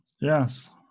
Yes